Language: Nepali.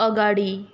अगाडि